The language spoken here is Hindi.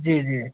जी जी